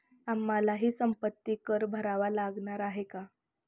आम्हालाही संपत्ती कर भरावा लागणार आहे का?